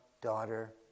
daughter